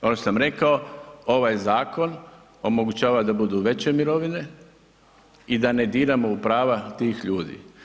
Ono što sam rekao, ovaj zakon omogućava da budu veće mirovine i da ne diramo u prava tih ljudi.